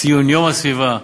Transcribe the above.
ציון יום הסביבה,